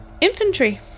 infantry